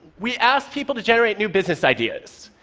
we asked people to generate new business ideas,